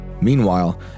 Meanwhile